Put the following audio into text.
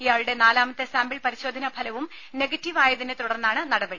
ഇയാളുടെ നാലാമത്തെ സാമ്പിൾ പരിശോധന ഫലവും നെഗറ്റീവ് ആയതിനെ തുടർന്നാണ് നടപടി